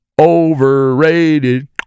Overrated